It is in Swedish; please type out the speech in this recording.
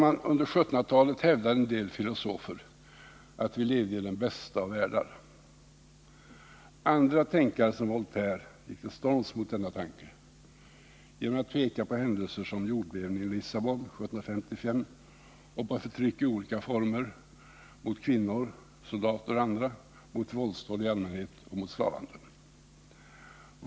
Under 1700-talet hävdade en del filosofer att de levde i den bästa av världar. Andra tänkare som Voltaire gick till storms mot denna tanke genom att peka på händelser som jordbävningen i Lissabon 1755 och på förtryck i olika former mot kvinnor, soldater och andra, på våldsdåd i allmänhet och på slavhandel.